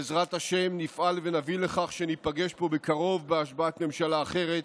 בעזרת השם נפעל ונביא לכך שניפגש פה בקרוב בהשבעת ממשלה אחרת,